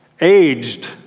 aged